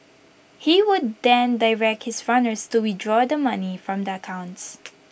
he would then direct his runners to withdraw the money from the accounts